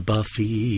Buffy